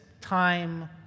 time